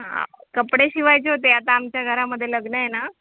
हां कपडे शिवायचे होते आता आमच्या घरामध्ये लग्न आहे ना